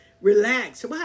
relax